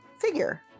figure